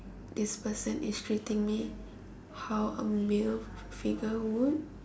this person is treating me how a male figure would